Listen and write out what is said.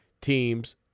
teams